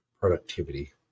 productivity